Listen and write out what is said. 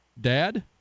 dad